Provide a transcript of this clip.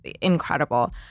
incredible